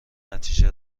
نتیجه